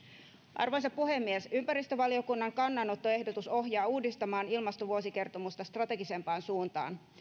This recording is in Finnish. arvoisa puhemies ympäristövaliokunnan kannanottoehdotus ohjaa uudistamaan ilmastovuosikertomusta strategisempaan suuntaan